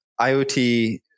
IoT